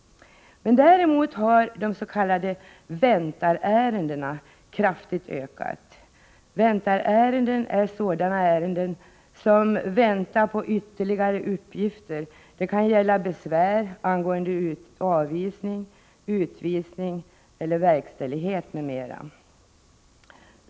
Däremot har de s.k. väntarärendena kraftigt ökat. Väntarärenden är sådana som väntar på ytterligare uppgifter. Det kan gälla besvär angående avvisning, utvisning, verkställighet m.m.